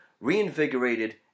reinvigorated